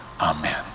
Amen